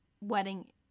wedding